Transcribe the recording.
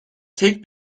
tek